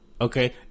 Okay